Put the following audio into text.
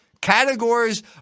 categories